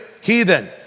heathen